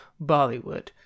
bollywood